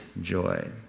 joy